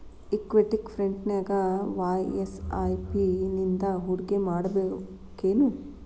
Equity ಫ್ರಂಟ್ನ್ಯಾಗ ವಾಯ SIP ನಿಂದಾ ಹೂಡ್ಕಿಮಾಡ್ಬೆಕೇನು?